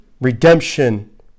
Redemption